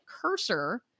cursor